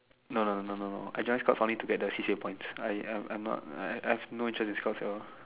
no no no no no no I just join Scouts because to get the C_C_A points I I am not have no interest in Scouts at all